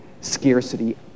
scarcity